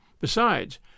Besides